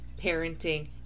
parenting